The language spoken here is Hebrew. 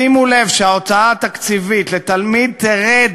שימו לב שההוצאה התקציבית לתלמיד תרד